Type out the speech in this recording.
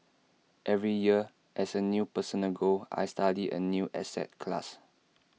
every year as A personal goal I study A new asset class